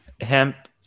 hemp